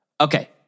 Okay